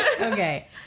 Okay